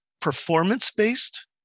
performance-based